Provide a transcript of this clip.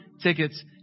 tickets